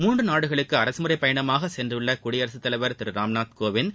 மூன்று நாடுகளுக்கு அரகமுறைப்பயணமாக சென்றுள்ள குடியரகத்தலைவர் திரு ராம்நாத் கோவிந்த்